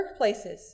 Workplaces